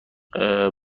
برو